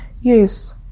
Yes